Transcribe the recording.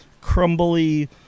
crumbly